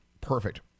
Perfect